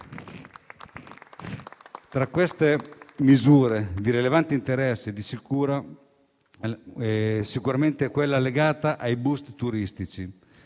Tra queste misure di rilevante interesse c'è sicuramente quella legata ai bus turistici,